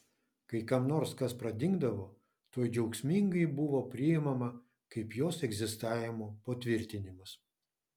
kai kam nors kas pradingdavo tuoj džiaugsmingai buvo priimama kaip jos egzistavimo patvirtinimas